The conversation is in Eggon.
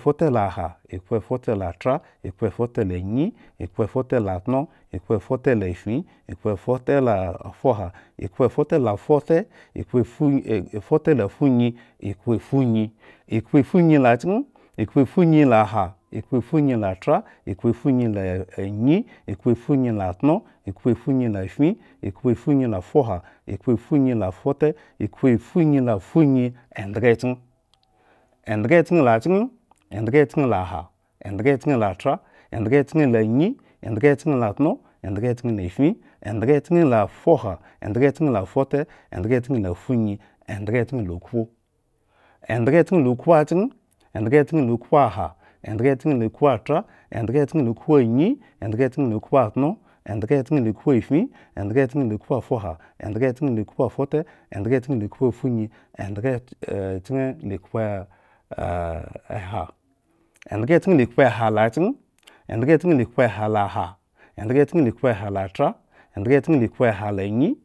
futelaha. ekhpoefutelathra. ekhpoefutelanyi. ekhpoefuteltno. ekhpoefutelafin. ekhpoefutefuha. ekhpoefutelafute. ekhpoeeunyi. ekhpoefutelafunyi. ekhpetunyi. ekhpofunyi lachken. ekhpofunyilaha. ekhpofunyithra, ekhpofunyilatno. ekhpofunyilafin. ekhpofunyilafuha. ekhpofunyilafute, ekhpofunilfunyi. endhgachken. endhgachlachken. endhgachkenlsha, endhgachkenlthra. endhgachkenlanyi. endhgachkenltno. endhgachkenlafin, endhgachkenlafuha. endhgachkenlafute. endhgachkenlafunyi. endhgachkenlokpo. endhgachkenlaokhpoachken. endhgachkenokhpoaha. endhgachkennlaokhpoathra. endhgachkenkenlaokhpownyi. endhgachkenlaokhpatno. endhgachkenlaokhpoafin. endhgachkenlaokhpoafuha. endhgachkenlaokhpo afute. endhgachken laokhpoafunyi. endhgachkenla. ekhpe. endhgachkenkenla ekhpehalachken. endhgachkenla. ekhpehalaha. endhgachkenla ekhpehalathra. endhgachken. laekhpehalanyi.